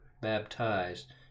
baptized